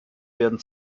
werden